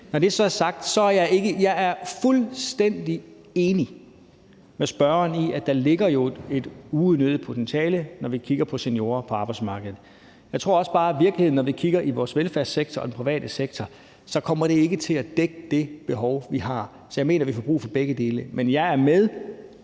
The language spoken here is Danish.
Når det så er sagt, er jeg fuldstændig enig med spørgeren i, at der jo ligger et uudnyttet potentiale, når vi kigger på seniorer på arbejdsmarkedet. Jeg tror også bare i virkeligheden, at når vi kigger på vores velfærdssektor og på den private sektor, kommer det ikke til at dække det behov, vi har, så jeg mener, at vi får brug for begge dele. Men jeg er med